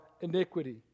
iniquity